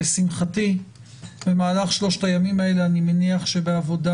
לשמחתי במהל שלושת הימים האלה אני מניח שבעבודה